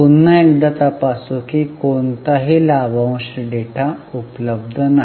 पुन्हा एकदा तपासू की कोणताही लाभांश डेटा उपलब्ध नाही